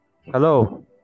Hello